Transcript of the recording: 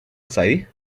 sair